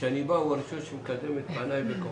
וכשאני בא הוא מקדם את פניי וקופץ,